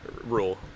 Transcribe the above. rule